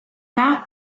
pars